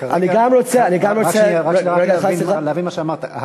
אני רוצה להבין מה שאמרת.